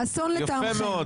האסון לטעמכם.